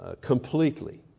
completely